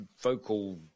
vocal